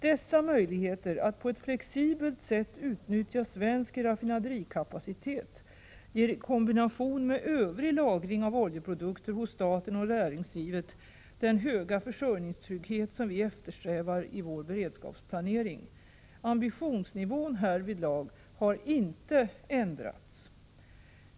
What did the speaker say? Dessa möjligheter att på ett flexibelt sätt utnyttja svensk raffinaderikapacitet ger i kombination med övrig lagring av oljeprodukter hos staten och näringslivet den höga försörjningstrygghet som vi eftersträvar i vår beredskapsplanering. Ambitionsnivån härvidlag har inte ändrats.